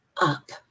up